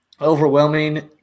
overwhelming